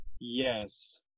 Yes